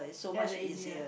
ya it's easier